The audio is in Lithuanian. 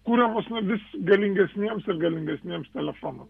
kuriamos vis galingesniems ir galingesniems telefonam